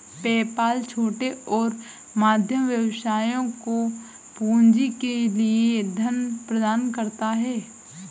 PayPal छोटे और मध्यम व्यवसायों को पूंजी के लिए धन प्रदान करता है